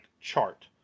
chart